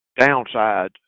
downsides